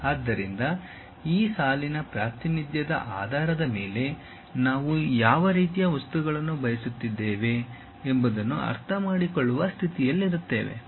ಆದ್ದರಿಂದ ಆ ಸಾಲಿನ ಪ್ರಾತಿನಿಧ್ಯದ ಆಧಾರದ ಮೇಲೆ ನಾವು ಯಾವ ರೀತಿಯ ವಸ್ತುಗಳನ್ನು ಬಳಸುತ್ತಿದ್ದೇವೆ ಎಂಬುದನ್ನು ಅರ್ಥಮಾಡಿಕೊಳ್ಳುವ ಸ್ಥಿತಿಯಲ್ಲಿರುತ್ತೇವೆ